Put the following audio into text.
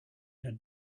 had